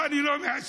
או: אני לא מאשר.